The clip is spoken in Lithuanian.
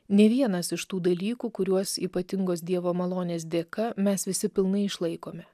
nei vienas iš tų dalykų kuriuos ypatingos dievo malonės dėka mes visi pilnai išlaikome